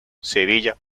sevilla